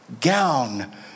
gown